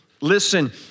Listen